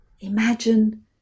Imagine